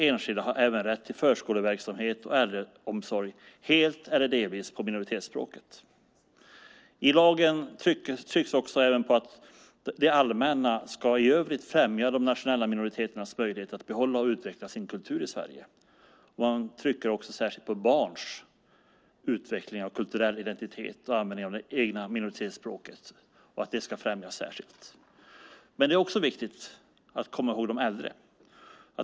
Enskilda har även rätt till förskoleverksamhet och äldreomsorg helt eller delvis på minoritetsspråket. I lagen trycks även på att det allmänna i övrigt ska främja de nationella minoriteternas möjlighet att behålla och utveckla sin kultur i Sverige. Man trycker särskilt på barns utveckling av kulturell identitet och användning av det egna minoritetsspråket och att det ska främjas särskilt. Men det är också viktigt att komma ihåg de äldre.